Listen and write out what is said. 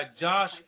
Josh